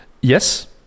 Yes